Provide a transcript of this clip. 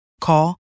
Call